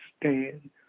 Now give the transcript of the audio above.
stand